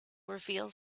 reveals